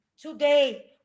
Today